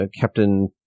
Captain